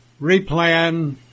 replan